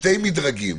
שני מדרגים,